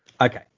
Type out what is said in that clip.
Okay